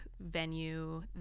venue